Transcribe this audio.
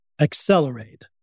accelerate